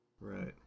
Right